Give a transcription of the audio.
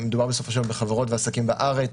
מדובר בסופו של דבר בחברות ועסקים בארץ,